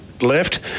left